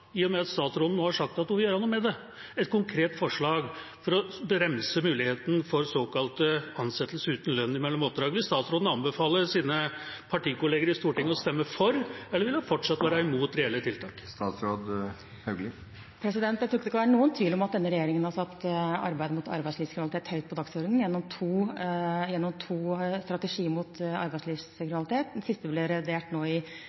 I og med at statsråden har sagt at hun vil gjøre noe med det – vil statsråden anbefale sine partikolleger i Stortinget å stemme for, eller vil hun fortsatt være imot reelle tiltak? Jeg tror ikke det kan være noen tvil om at denne regjeringen har satt arbeid mot arbeidslivskriminalitet høyt på dagsordenen gjennom to strategier mot arbeidslivskriminalitet. Den siste ble revidert nå i